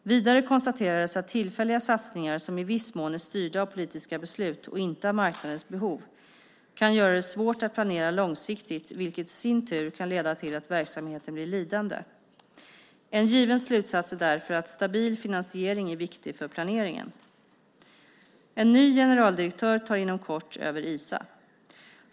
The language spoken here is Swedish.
Vidare konstaterades att tillfälliga satsningar som i viss mån är styrda av politiska beslut och inte av marknadens behov kan göra det svårt att planera långsiktigt, vilket i sin tur kan leda till att verksamheten blir lidande. En given slutsats är därför att stabil finansiering är viktig för planeringen. En ny generaldirektör tar inom kort över Isa.